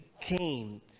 came